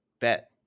bet